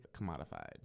commodified